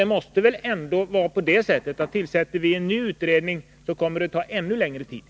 Det måste väl ta ännu längre tid att få fram ett resultat om vi tillsätter en ny utredning.